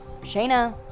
Shayna